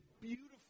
beautiful